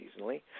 seasonally